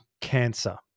cancer